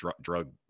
drug